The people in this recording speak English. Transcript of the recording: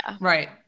Right